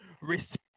Respect